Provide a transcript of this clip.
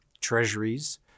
Treasuries